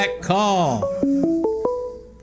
Call